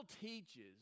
teaches